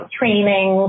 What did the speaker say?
training